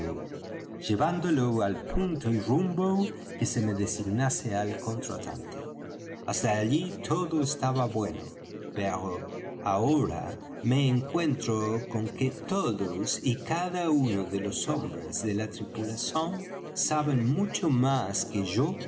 llevándolo al punto y rumbo que me designase el contratante hasta allí todo estaba bueno pero ahora me encuentro con que todos y cada uno de los hombres de la tripulación saben mucho más que yo